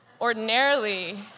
ordinarily